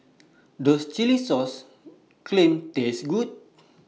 Does Chilli Sauce Clams Taste Good